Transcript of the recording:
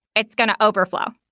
it's going to overflow.